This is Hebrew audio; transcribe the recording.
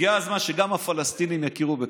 הגיע הזמן שגם הפלסטינים יכירו בכך.